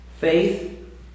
Faith